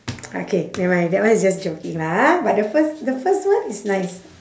okay never mind that one is just joking lah ha but the first the first one is nice